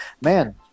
man